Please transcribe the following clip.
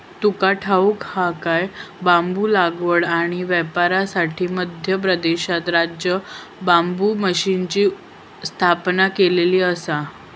तुका ठाऊक हा काय?, बांबू लागवड आणि व्यापारासाठी मध्य प्रदेशात राज्य बांबू मिशनची स्थापना केलेली आसा